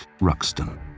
Ruxton